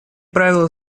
правила